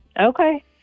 Okay